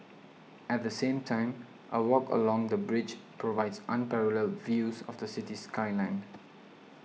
at the same time a walk along the bridge provides unparalleled views of the city skyline